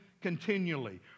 continually